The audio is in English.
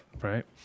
right